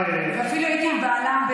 ואפילו הייתי יחד עם בעלה,